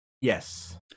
Yes